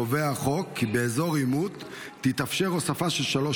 קובע החוק כי באזור עימות תתאפשר הוספה של שלושה